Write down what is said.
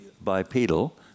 bipedal